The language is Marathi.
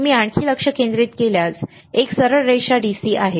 तुम्ही आणखी लक्ष केंद्रित केल्यास एक सरळ रेषा DC आहे